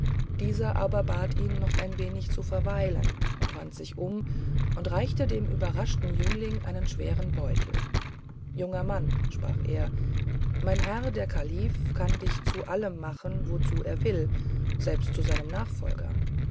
dieser aber bat ihn noch ein wenig zu verweilen wandte sich um und reichte dem überraschten jüngling einen schweren beutel junger mann sprach er mein herr der kalif kann dich zu allem machen wozu er will selbst zu meinem nachfolger